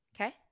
okay